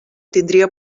tindria